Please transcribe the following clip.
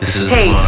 Hey